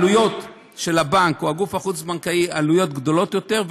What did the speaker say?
העלויות לבנק או הגוף החוץ-בנקאי הן גדולות יותר,